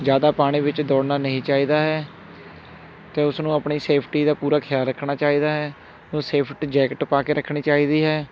ਜ਼ਿਆਦਾ ਪਾਣੀ ਵਿੱਚ ਦੌੜਨਾ ਨਹੀਂ ਚਾਹੀਦਾ ਹੈ ਅਤੇ ਉਸਨੂੰ ਆਪਣੀ ਸੇਫਟੀ ਦਾ ਪੂਰਾ ਖਿਆਲ ਰੱਖਣਾ ਚਾਹੀਦਾ ਹੈ ਉਹ ਸੇਫਟੀ ਜੈਕਟ ਪਾ ਕੇ ਰੱਖਣੀ ਚਾਹੀਦੀ ਹੈ